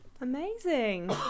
amazing